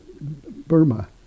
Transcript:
Burma